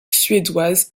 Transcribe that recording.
suédoise